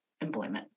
employment